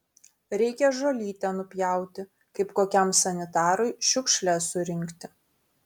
reikia žolytę nupjauti kaip kokiam sanitarui šiukšles surinkti